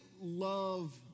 love